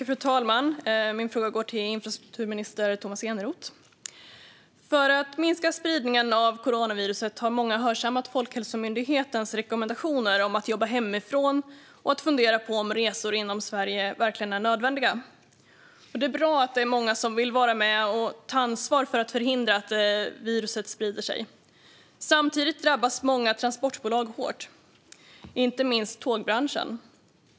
Fru talman! Min fråga går till infrastrukturminister Tomas Eneroth. För att minska spridningen av coronaviruset har många hörsammat Folkhälsomyndighetens rekommendationer om att jobba hemifrån och fundera på om resor inom Sverige verkligen är nödvändiga. Det är bra att många vill vara med och ta ansvar för att förhindra att viruset sprider sig. Samtidigt drabbas många transportbolag hårt, inte minst i tågbranschen.